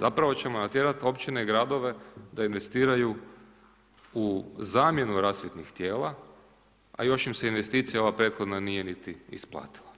zapravo ćemo natjerati općine i gradove da investiraju u zamjenu rasvjetnih tijela a još im se investicija, ova prethodna nije niti isplatila.